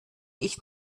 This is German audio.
ich